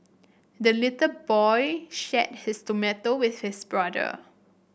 the little boy shared his tomato with his brother